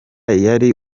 yari